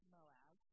Moab